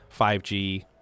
5G